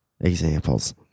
examples